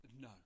No